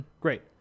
Great